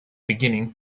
beginning